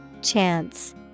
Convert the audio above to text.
Chance